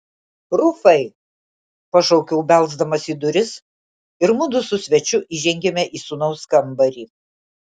rufai pašaukiau belsdamas į duris ir mudu su svečiu įžengėme į sūnaus kambarį